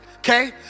Okay